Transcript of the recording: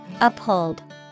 Uphold